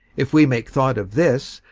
if we make thought of this,